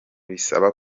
bisaba